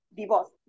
divorce